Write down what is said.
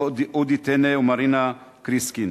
אודי טנא ומרינה קריסקין.